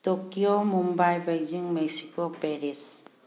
Tokyo Mumbai Beijing Mexico Paris